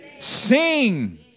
Sing